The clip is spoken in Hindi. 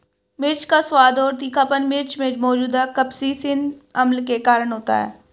मिर्च का स्वाद और तीखापन मिर्च में मौजूद कप्सिसिन अम्ल के कारण होता है